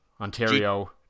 Ontario